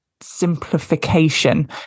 simplification